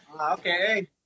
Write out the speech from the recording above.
Okay